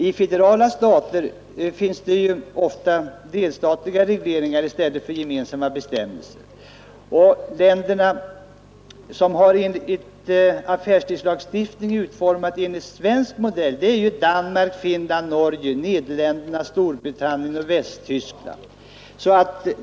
I federala stater finns det ju ofta delstatsregleringar i stället för gemensamma bestämmelser. De länder som har en affärstidslagstiftning utformad enligt svensk modell är ju Danmark, Finland, Norge, Nederländerna, Storbritannien och Västtyskland.